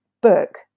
book